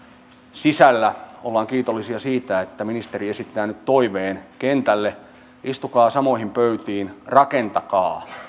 sisällä ollaan kiitollisia siitä että ministeri esittää nyt toiveen kentälle istukaa samoihin pöytiin rakentakaa